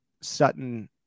Sutton